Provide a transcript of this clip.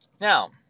Now